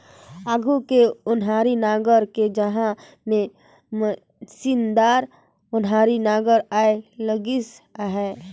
आघु के ओनारी नांगर के जघा म मसीनदार ओन्हारी नागर आए लगिस अहे